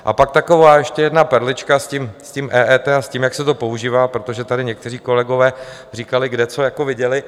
A pak taková ještě jedna perlička s tím EET a s tím, jak se to používá, protože tady někteří kolegové říkali, kde co jako viděli.